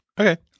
Okay